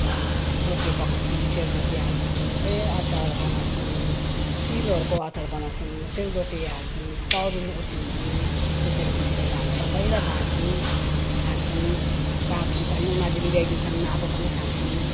रोटी पकाउँछौँ सेलरोटी हाल्छौँ ए अचार बनाउँछौँ तिलहरूको अचार बनाउँछौँ सेलरोटी हाल्छौँ तरुल उसिन्छौँ त्यसरी उसिनेर हामी सबलाई बाँढ्छौँ खान्छौँ बाँढ्छौँ पनि उनीहरूले पनि ल्याइदिन्छन आफू पनि खान्छौँ